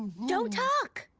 you know talk.